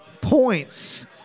points